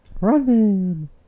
Running